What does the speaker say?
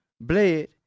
bled